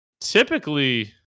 Typically